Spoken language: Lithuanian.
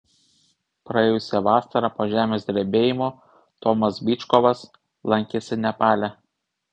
praėjusią vasarą po žemės drebėjimo tomas byčkovas lankėsi nepale